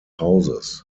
hauses